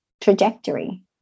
trajectory